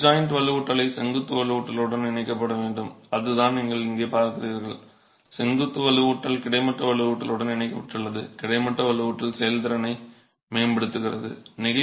நிச்சயமாக bed joint வலுவூட்டல் செங்குத்து வலுவூட்டலுடன் இணைக்கப்பட வேண்டும் அதுதான் நீங்கள் இங்கே பார்க்கிறீர்கள் செங்குத்து வலுவூட்டல் கிடைமட்ட வலுவூட்டலுடன் இணைக்கப்பட்டுள்ளது கிடைமட்ட வலுவூட்டல் செயல்திறனை மேம்படுத்துகிறது